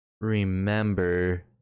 remember